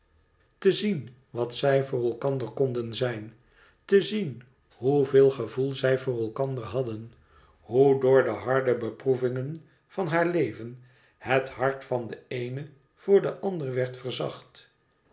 te zien wat zij voor elkander konden zijn te zien hoeveel gevoel zij voor elkander hadden hoe door de harde beproevingen van haar leven het hart van de eene voor de andere werd verzacht